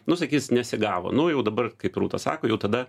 nu sakys nesigavo nu jau dabar kaip rūta sako jau tada